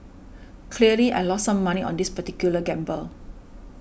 clearly I lost some money on this particular gamble